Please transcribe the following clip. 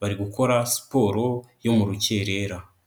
bari gukora siporo yo mu rukerera.